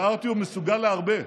וארטיום מסוגל להרבה,